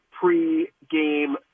pre-game